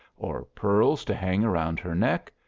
or pearls to hang around her neck,